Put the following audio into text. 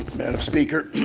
speaker,